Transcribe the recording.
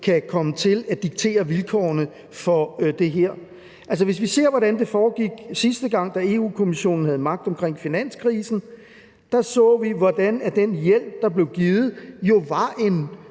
kan komme til at diktere vilkårene for det her. Hvis vi ser på, hvordan det foregik, sidste gang Europa-Kommissionen havde magt i forbindelse med finanskrisen, kan vi se, hvordan den hjælp, der blev givet, var en